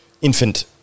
infant